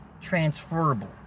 transferable